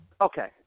Okay